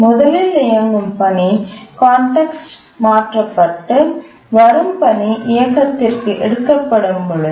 முதலில் இயங்கும் பணி கான்டெக்ஸ்ட் மாற்றப்பட்டு வரும் பணி இயக்கத்திற்கு எடுக்கபடும் பொழுது